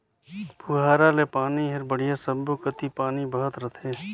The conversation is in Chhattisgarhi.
पुहारा ले पानी हर बड़िया सब्बो कति पानी बहत रथे